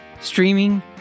streaming